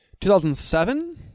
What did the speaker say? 2007